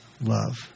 love